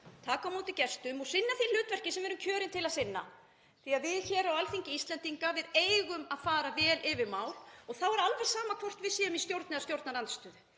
taka á móti gestum og sinna því hlutverki sem við erum kjörin til að sinna því að við hér á Alþingi Íslendinga eigum að fara vel yfir mál og þá er alveg sama hvort við séum í stjórn eða stjórnarandstöðu.